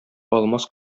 алмаз